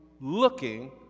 looking